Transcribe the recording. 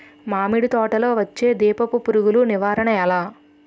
మామిడి తోటలో వచ్చే దీపపు పురుగుల నివారణ ఎలా?